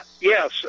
Yes